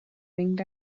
winked